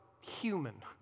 human